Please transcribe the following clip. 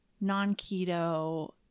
non-keto